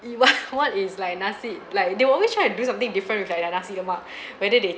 !ee! what what is like nasi like they will always try and do something different with like like nasi lemak whether they